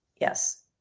Yes